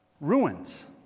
ruins